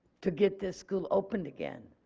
to get this school open again.